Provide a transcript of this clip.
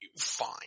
fine